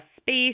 space